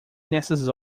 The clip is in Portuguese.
nessas